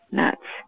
nuts